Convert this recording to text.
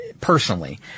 personally